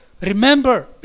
remember